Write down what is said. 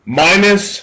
minus